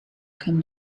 come